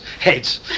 heads